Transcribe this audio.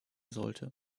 sollte